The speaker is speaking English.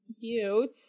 Cute